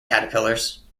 caterpillars